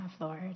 Lord